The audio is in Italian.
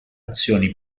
azioni